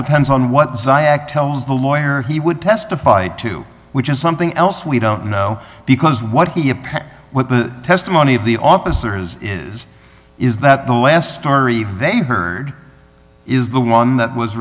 depends on what ziad tells the lawyer he would testify to which is something else we don't know because what he appeared with the testimony of the officers is is that the last story they've heard is the one that was